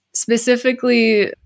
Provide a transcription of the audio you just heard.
Specifically